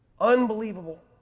unbelievable